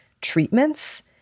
treatments